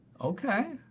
Okay